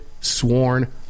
sworn